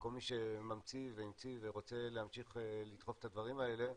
כל מי שממציא והמציא ורוצה להמשיך לדחוף את הדברים האלה,